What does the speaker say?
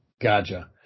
Gotcha